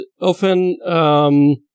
often